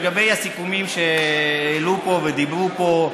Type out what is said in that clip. לגבי הסיכומים שהעלו פה ודיברו פה עליהם,